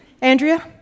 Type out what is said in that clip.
Andrea